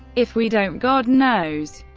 if we don't, god knows.